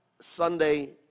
Sunday